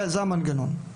זהו המנגנון.